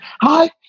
hi